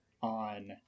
on